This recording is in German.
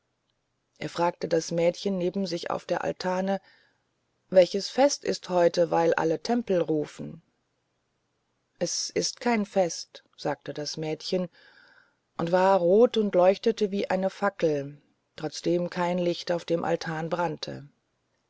er fragte das mädchen neben sich auf der altane welches fest ist heute weil alle tempel rufen es ist kein fest sagte das mädchen und war rot und leuchtete wie eine fackel trotzdem kein licht auf dem altan brannte